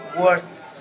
worse